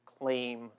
claim